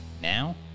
Now